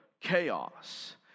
chaos